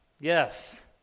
yes